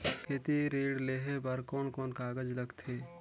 खेती ऋण लेहे बार कोन कोन कागज लगथे?